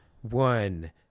One